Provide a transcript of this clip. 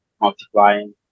multiplying